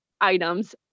items